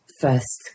first